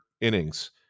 innings